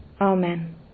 Amen